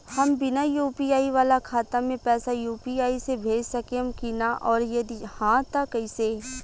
हम बिना यू.पी.आई वाला खाता मे पैसा यू.पी.आई से भेज सकेम की ना और जदि हाँ त कईसे?